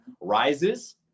rises